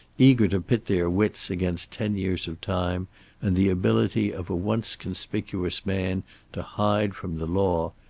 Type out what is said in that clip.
eager to pit their wits against ten years of time and the ability of a once conspicuous man to hide from the law,